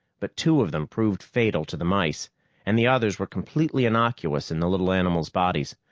but two of them proved fatal to the mice and the others were completely innocuous in the little animal's bodies,